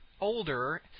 older